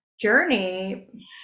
journey